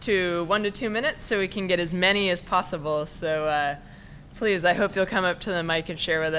to one to two minutes so we can get as many as possible so please i hope you'll come up to them i could share with